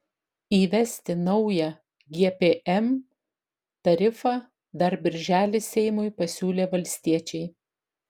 įvesti naują gpm tarifą dar birželį seimui pasiūlė valstiečiai